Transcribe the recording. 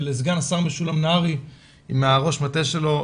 סגן השר משולם נהרי עם ראש המטה שלו,